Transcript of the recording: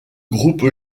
groupe